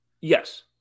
Yes